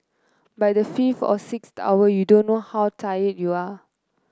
by the fifth or sixth hour you don't know how tired you are